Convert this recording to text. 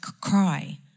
cry